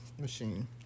machine